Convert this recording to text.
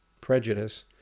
prejudice